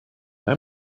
how